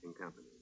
Company